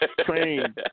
train